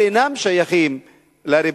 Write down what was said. השטחים האלה אינם שייכים לריבונות